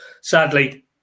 Sadly